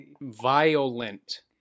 violent